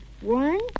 One